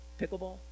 Pickleball